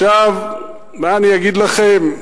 עכשיו, מה אני אגיד לכם?